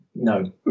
no